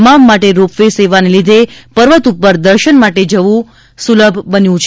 તમામ માટે ropeway સેવાને લીધે પર્વત ઉપર દર્શન માટે જવું સુલભ બન્યું છે